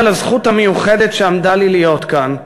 על הזכות המיוחדת שעמדה לי להיות כאן,